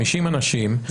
50 אנשים,